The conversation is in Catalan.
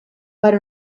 per